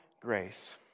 grace